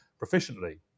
proficiently